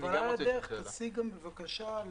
ועל הדרך תשיג בבקשה,